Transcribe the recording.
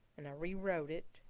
and i rewrote it.